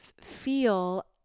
feel